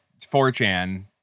4chan